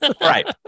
Right